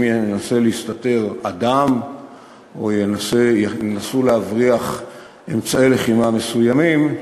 אם ינסה להסתתר אדם או ינסו להבריח אמצעי לחימה מסוימים,